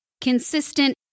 consistent